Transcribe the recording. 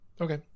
Okay